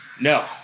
No